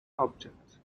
objects